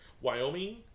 Wyoming